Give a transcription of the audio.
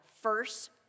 first